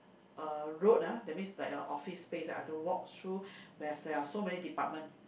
a road ah that means like a office space I have to walk through where there are so many department